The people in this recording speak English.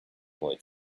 boy